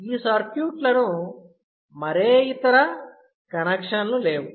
ఈ సర్క్యూట్లకు మరే ఇతర కనెక్షన్ లేవు